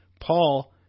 Paul